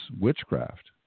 witchcraft